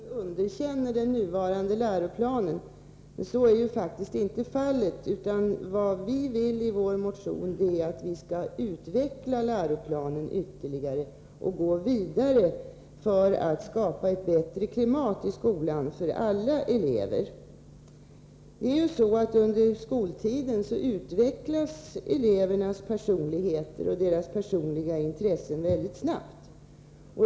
Herr talman! Georg Andersson säger att vi i vår partimotion underkänner den nu gällande läroplanen. Så är faktiskt inte fallet, utan vad vi vill i vår motion är att man skall utveckla läroplanen och fortsätta strävandena att skapa ett bättre klimat för alla elever i skolan. Under skoltiden utvecklas elevernas personlighet och personliga intressen mycket snabbt.